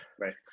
right